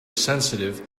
sensitive